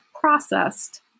processed